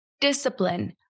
discipline